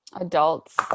adults